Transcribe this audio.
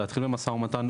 להתחיל עם משא ומתן,